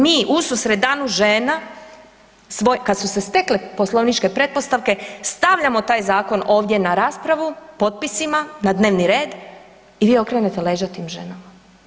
Mi ususret Danu žena svoj, kad su se stekle poslovničke pretpostavke, stavljamo taj Zakon ovdje na raspravu potpisima na dnevni red i vi okrenete leđa tim ženama.